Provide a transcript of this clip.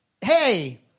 Hey